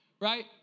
Right